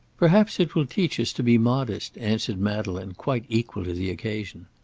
perhaps it will teach us to be modest, answered madeleine, quite equal to the occasion.